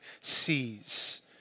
sees